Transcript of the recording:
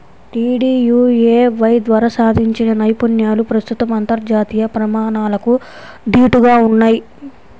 DDUAY ద్వారా సాధించిన నైపుణ్యాలు ప్రస్తుతం అంతర్జాతీయ ప్రమాణాలకు దీటుగా ఉన్నయ్